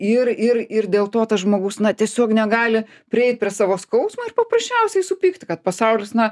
ir ir ir dėl to tas žmogus na tiesiog negali prieit prie savo skausmo ir paprasčiausiai supykti kad pasaulis na